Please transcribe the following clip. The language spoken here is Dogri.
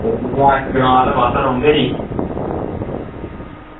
ते पिच्छुआं अस ग्रां आह्ले पास्सै रौंह्दे नी